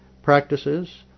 practices